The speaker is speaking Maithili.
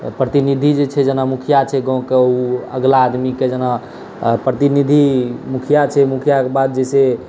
प्रतिनिधि जे छै जेना मुखिया छै गाँवके ओ अगला आदमीके जेना प्रतिनिधि मुखिया छै मुखियाके बाद जे छै